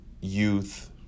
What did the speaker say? youth